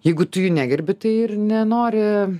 jeigu tu jų negerbi tai ir nenori